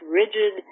rigid